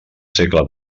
segle